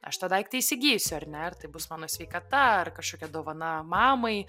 aš tą daiktą įsigysiu ar ne ar tai bus mano sveikata ar kažkokia dovana mamai